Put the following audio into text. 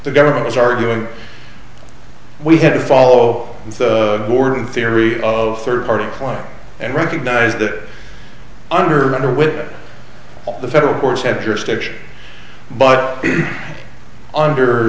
the government was arguing we had to follow the board theory of third party one and recognize that under the wit of the federal courts have jurisdiction but under